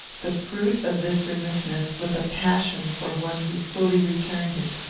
the fruit of this remissness was a passion for one who fully returned it.